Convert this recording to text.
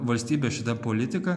valstybės šita politika